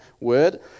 word